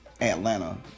Atlanta